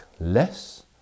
less